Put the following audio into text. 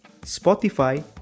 Spotify